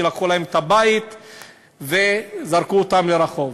כי לקחו להם את הבית וזרקו אותם לרחוב.